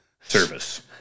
service